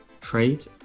trade